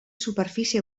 superfície